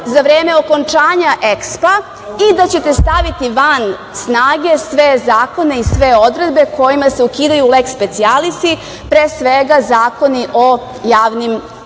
za vreme okončanja EKSPA i da ćete staviti van snage sve zakone i sve odredbe kojima se ukidaju leks specijalisi, pre svega zakoni o javnim nabavkama,